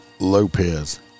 Lopez